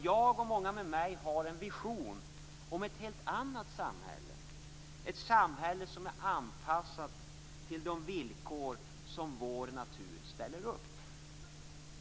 Jag och många med mig har en vision om ett helt annat samhälle - ett samhälle som är anpassat till de villkor som vår natur ställer upp.